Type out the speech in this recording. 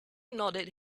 nodded